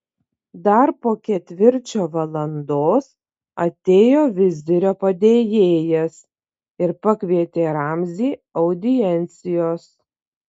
dar po ketvirčio valandos atėjo vizirio padėjėjas ir pakvietė ramzį audiencijos